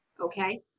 Okay